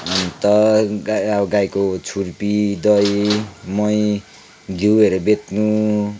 अन्त गाईको छुर्पी दही मही घिउहरू बेच्नु